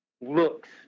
looks